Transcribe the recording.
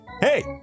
Hey